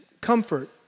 comfort